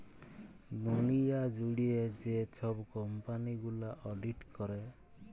দুঁলিয়া জুইড়ে যে ছব কম্পালি গুলা অডিট ক্যরে